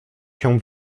się